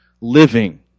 living